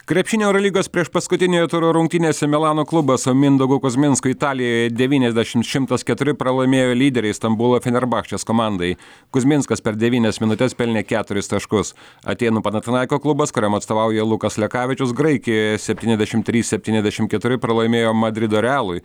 krepšinio eurolygos priešpaskutiniojo turo rungtynėse milano klubas o mindaugui kuzminskui italijoje devyniasdešim šimtas keturi pralaimėjo lyderei stambulo fenerbahčės komandai kuzminskas per devynias minutes pelnė keturis taškus atėnų panatinaiko klubas kuriam atstovauja lukas lekavičius graikijoje septyniasdešimt trys septyniasdešimt keturi pralaimėjo madrido realui